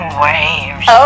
waves